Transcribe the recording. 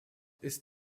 ist